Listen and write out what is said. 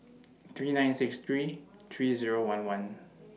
three nine six three three Zero one one